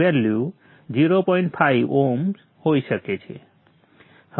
5Ω હોઈ શકે છે